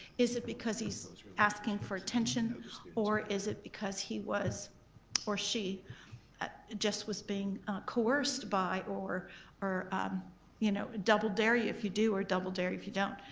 is it because he's asking for attention or is it because he was or she just was being coerced by or or you know double dare you if you do or double dare you if you don't.